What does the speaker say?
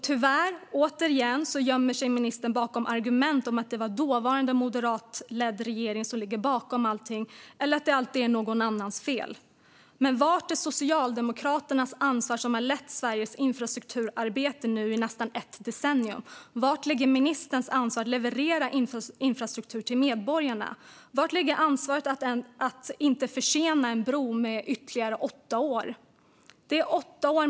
Tyvärr gömmer sig ministern återigen bakom argument om att det var den dåvarande moderatledda regeringen som låg bakom allt eller om att allt är någon annans fel. Men var är Socialdemokraternas ansvar? De har nu lett Sveriges infrastrukturarbete i nästan ett decennium. Var ligger ministerns ansvar att leverera infrastruktur till medborgarna? Var ligger ansvaret att inte försena en bro med ytterligare åtta år?